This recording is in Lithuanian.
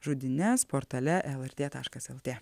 žudynes portale lrt taškas lt